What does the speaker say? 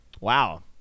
Wow